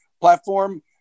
platform